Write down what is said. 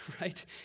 right